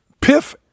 Piff